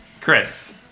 Chris